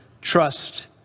trust